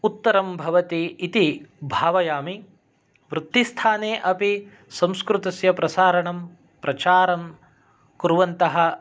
उत्तरं भवति इति भावयामि वृत्तिस्थाने अपि संस्कृतस्य प्रसारणं प्रचारं कुर्वन्तः